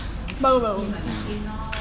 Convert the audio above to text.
power power